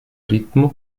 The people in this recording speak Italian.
ritmo